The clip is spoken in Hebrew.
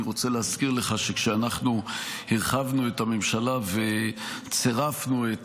אני רוצה להזכיר לך שכשאנחנו הרחבנו את הממשלה וצירפנו את